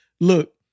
Look